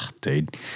dude